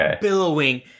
billowing